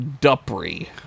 Dupree